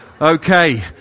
Okay